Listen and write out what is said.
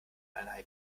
eine